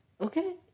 okay